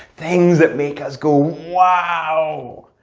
things that make us go wow!